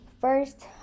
first